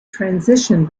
transition